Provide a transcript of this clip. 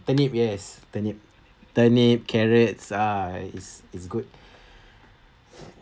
turnip yes turnip turnip carrots ah is is good